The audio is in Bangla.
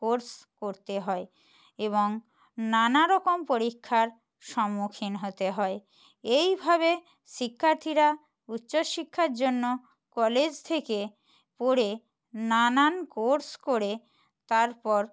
কোর্স করতে হয় এবং নানা রকম পরীক্ষার সম্মুখীন হতে হয় এইভাবে শিক্ষার্থীরা উচ্চশিক্ষার জন্য কলেজ থেকে পড়ে নানান কোর্স করে তারপর